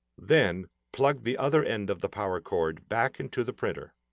then, plug the other end of the power cord back into the printer.